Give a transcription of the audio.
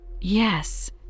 Yes